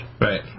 Right